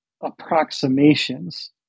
approximations